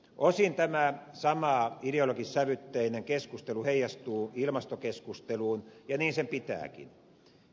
osin tämä sama ideologissävytteinen keskustelu heijastuu ilmastokeskusteluun ja niin sen pitääkin